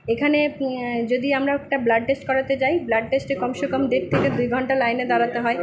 এখানে যদি আমরা একটা ব্লাড টেস্ট করাতে যাই ব্লাড টেস্টে কম সে কম দেড় থেকে দুই ঘন্টা লাইনে দাঁড়াতে হয়